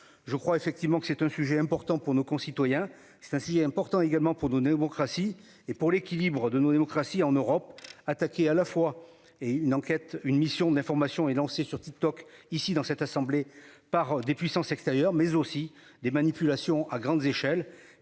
Je crois effectivement que c'est un sujet important pour nos concitoyens. C'est ainsi est important également pour donner démocratie et pour l'équilibre de nos démocraties, en Europe, attaqué à la fois et une enquête une mission d'information est lancé sur TikTok ici dans cette assemblée par des puissances extérieures mais aussi des manipulations à grande échelle